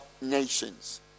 nations